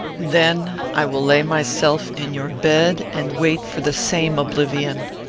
then i will lay myself in your bed, and wait for the same oblivion.